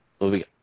Moving